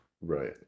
right